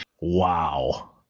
wow